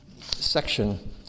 section